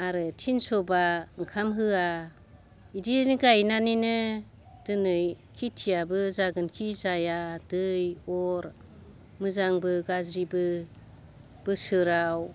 आरो थिनसबा ओंखाम होया इदियैनो गायनानैनो दोनै खिथियाबो जागोनखि जाया दै अर मोजांबो गाज्रिबो बोसोराव